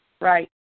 Right